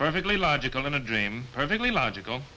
perfectly logical in a dream perfectly logical